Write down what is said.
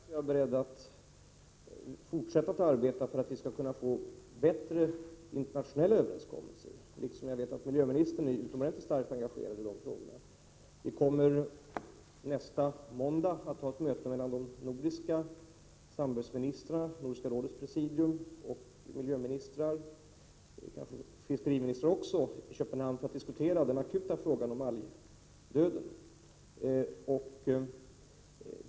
Herr talman! Självfallet är jag beredd att fortsätta arbeta för att vi skall kunna få bättre internationella överenskommelser — liksom jag vet att miljöministern är utomordentligt starkt engagerad i sådana frågor. Vi kommer nästa måndag att ha ett möte mellan de nordiska samarbetsministrarna, Nordiska rådets presidium och miljöministrar — och kanske någon fiskeriminister också — i Köpenhamn för att diskutera den akuta frågan om algdöden.